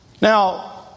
Now